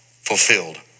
fulfilled